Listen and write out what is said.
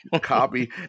copy